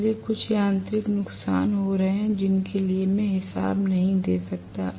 इसलिए कुछ यांत्रिक नुकसान हो रहे हैं जिनके लिए मैं हिसाब नहीं दे सकता